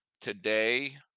today